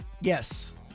Yes